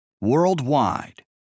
Worldwide